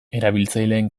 erabiltzaileen